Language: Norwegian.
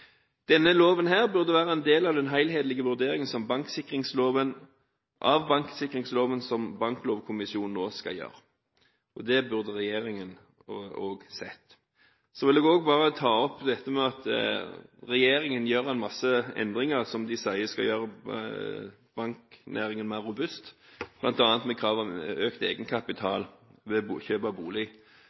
Denne loven burde vært en del av den helhetlige vurderingen av banksikringsloven som Banklovkommisjonen nå skal gjøre. Det burde regjeringen sett. Jeg vil også ta opp dette at regjeringen gjør en masse endringer som de sier skal gjøre banknæringen mer robust, bl.a. kravet om økt egenkapital ved kjøp av bolig.